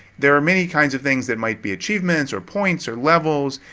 there are many kinds of things that might be achievements or points or levels,